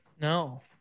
No